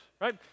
right